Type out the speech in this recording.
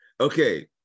Okay